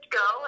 go